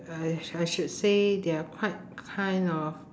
I I should say they are quite kind of